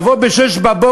לבוא ב-06:00,